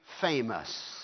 famous